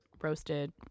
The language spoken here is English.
roasted